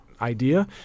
idea